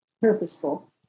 purposeful